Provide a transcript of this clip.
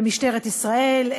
במשטרת ישראל,